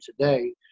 today